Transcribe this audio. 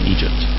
Egypt